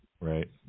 Right